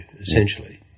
essentially